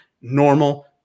normal